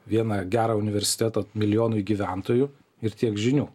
vieną gerą universitetą milijonui gyventojų ir tiek žinių